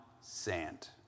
sand